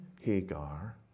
Hagar